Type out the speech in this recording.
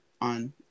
on